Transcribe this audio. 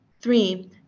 Three